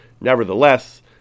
nevertheless